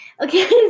Okay